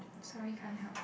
sorry can't help